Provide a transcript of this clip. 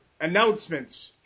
announcements